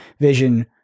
Vision